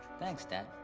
thanks dad.